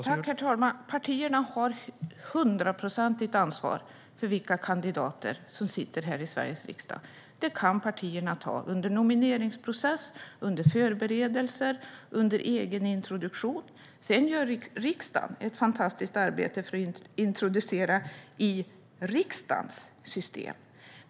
Herr talman! Partierna har ett hundraprocentigt ansvar för vilka kandidater som sitter här i Sveriges riksdag. Det kan partierna ta under nomineringsprocess, förberedelser och egenintroduktion. Sedan gör riksdagen ett fantastiskt arbete med introduktionen i riksdagens system.